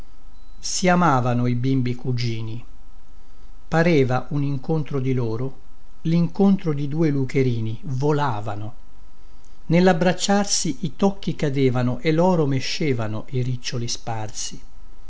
si amavano i bimbi cugini pareva un incontro di loro l incontro di due lucherini volavano nell abbracciarsi i tòcchi cadevano e loro mescevano i riccioli sparsi